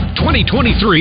2023